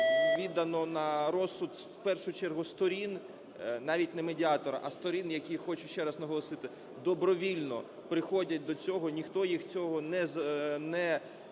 віддано на розсуд, в першу чергу, сторін. Навіть не медіатора, а сторін, які, хочу ще раз наголосити, добровільно приходять до цього, ніхто їх цього не примушує,